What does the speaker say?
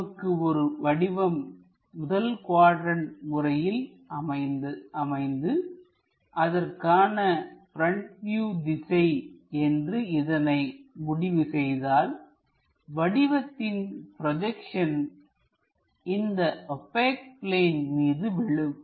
நமக்கு ஒரு வடிவம் முதல் குவாட்ரண்ட் முறையில் அமைந்து அதற்கான ப்ரெண்ட் வியூ திசை என்று இதனை முடிவு செய்தால்வடிவத்தின் ப்ரொஜெக்ஷன் இந்த ஓபெக் பிளேன் மீது விழும்